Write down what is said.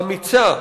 אמיצה,